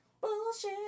Bullshit